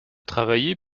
travailler